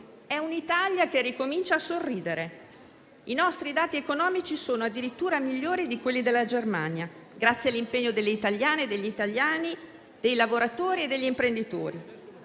è un'Italia che ricomincia a sorridere: i nostri dati economici sono addirittura migliori di quelli della Germania, grazie all'impegno delle italiane e degli italiani, dei lavoratori e degli imprenditori.